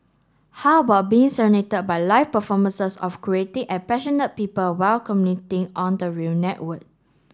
how about being by live performances of creative and passionate people while on the rail network